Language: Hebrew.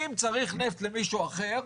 אם צריך נפט למישהו אחר,